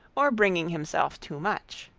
or bringing himself too much